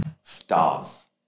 Stars